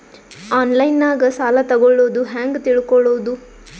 ಆನ್ಲೈನಾಗ ಸಾಲ ತಗೊಳ್ಳೋದು ಹ್ಯಾಂಗ್ ತಿಳಕೊಳ್ಳುವುದು?